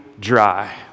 dry